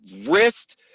wrist